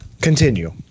continue